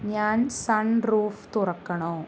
ഞാൻ sunroof തുറക്കണോ